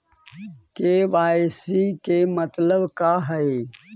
KYC के मतलब का हई?